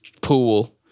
pool